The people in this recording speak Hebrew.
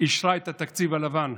תודה רבה לכולם.